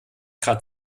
grad